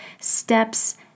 steps